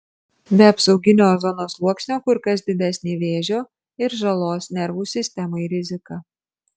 be apsauginio ozono sluoksnio kur kas didesnė vėžio ir žalos nervų sistemai rizika